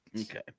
Okay